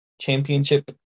championship